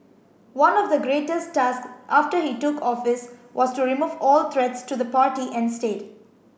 one of the greatest task after he took office was to remove all threats to the party and state